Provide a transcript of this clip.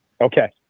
Okay